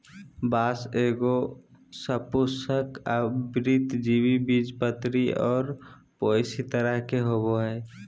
बाँस एगो सपुष्पक, आवृतबीजी, बीजपत्री और पोएसी तरह के होबो हइ